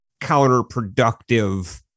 counterproductive